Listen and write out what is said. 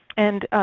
and